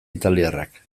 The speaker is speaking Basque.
italiarrak